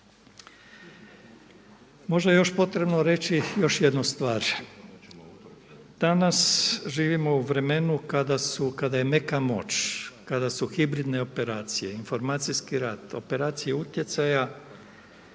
Možda je još potrebno reći još jednu stvar, danas živimo u vremenu kada je neka moć, kada su hibridne operacije, informacijski rad, operacije utjecaja